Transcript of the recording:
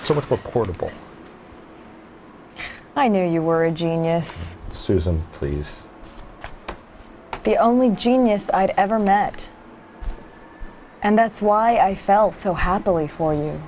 book portable i knew you were a genius susan please the only genius i've ever met and that's why i fell so happily for you